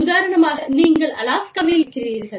உதாரணமாக நீங்கள் அலாஸ்காவில் இருக்கிறீர்கள்